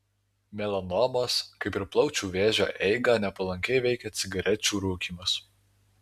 melanomos kaip ir plaučių vėžio eigą nepalankiai veikia cigarečių rūkymas